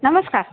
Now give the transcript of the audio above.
नमस्कार